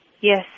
yes